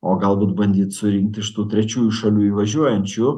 o galbūt bandyt surinkti iš tų trečiųjų šalių įvažiuojančių